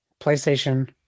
PlayStation